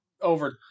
over